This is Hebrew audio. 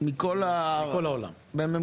מכל העולם.